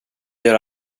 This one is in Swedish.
göra